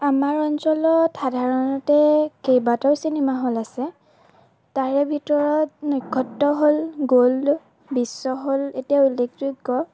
আমাৰ অঞ্চলত সাধাৰণতে কেইবাটাও চিনেমা হল আছে তাৰে ভিতৰত Nakshatra hall Gold Bishwa hall এইকেইটা উল্লেখযোগ্য